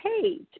page